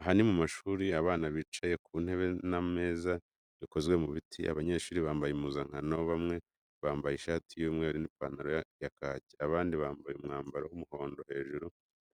Aha ni mu ishuri, abana bicaye ku ntebe n’ameza bikozwe mu biti. Abanyeshuri bambaye impuzankano, bamwe bambaye ishati y’umweru n’ipantaro ya kaki, abandi bambaye umwambaro w’umuhondo hejuru.